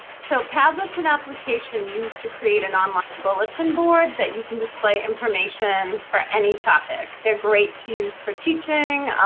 so, padlet's an application used to create an online bulletin board that you can display information for any topic. they're great to use for teaching,